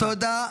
תודה.